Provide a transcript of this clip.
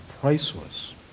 priceless